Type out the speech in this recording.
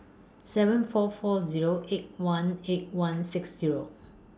seven four four Zero eight one eight one six Zero